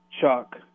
chuck